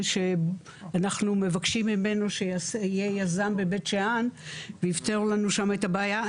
אנחנו מבקשים ממנו שיהיה יזם בבית שאן ויפתור לנו שם את הבעיה,